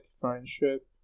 friendship